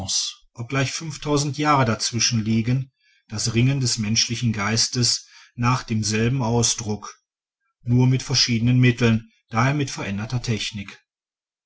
obgleich fünf jahre dazwischen liegen das ringen des menschlichen geistes nach demselben ausdruck nur mit verschiedenen mitteln d h mit veränderter technik